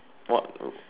what would